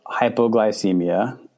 hypoglycemia